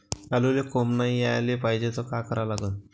आलूले कोंब नाई याले पायजे त का करा लागन?